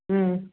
ம்